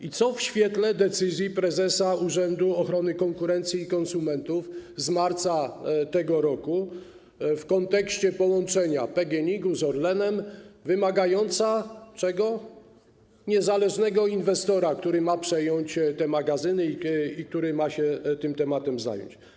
I co z kwestią decyzji prezesa Urzędu Ochrony Konkurencji i Konsumentów z marca tego roku w kontekście połączenia PGNiG-u z Orlenem, wymagającego niezależnego inwestora, który ma przejąć te magazyny i który ma się tą sprawą zająć?